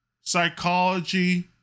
psychology